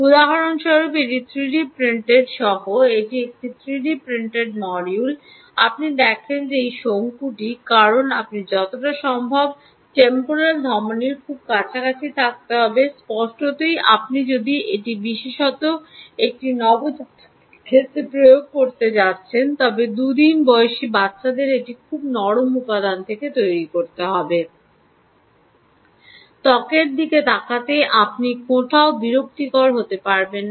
উদাহরণস্বরূপ 3ডি প্রিন্টেড সহ এটি একটি 3 ডি প্রিন্টেড মডিউল আপনি দেখেন এই শঙ্কুটি এই শঙ্কুটি কারণ আপনি যতটা সম্ভব টেম্পোরাল ধমনির খুব কাছাকাছি থাকতে হবে স্পষ্টতই আপনি যদি এটি বিশেষত একদিন নবজাতকের ক্ষেত্রে প্রয়োগ করতে যাচ্ছেন তবে দুদিন বয়সী বাচ্চাদের এটি খুব নরম উপাদান থেকে তৈরি করতে হবে ত্বকের দিকে তাকাতে আপনি কোথাও বিরক্তিকর হতে পারবেন না